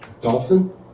dolphin